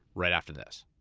right after this.